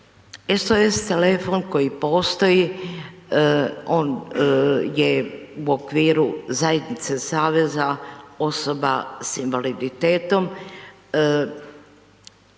SOS telefon koji postoji on je u okviru Zajednice saveza osoba sa invaliditetom,